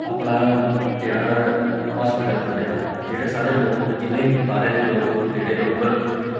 अपना जेह्ड़ा हॉस्पिटल खुल्ले दा जेह्ड़े साढ़े लोक जिन्ने बी बाह्रे दे लोक जेह्ड़े लोकल